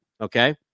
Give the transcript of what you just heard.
okay